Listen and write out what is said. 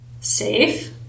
safe